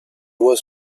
was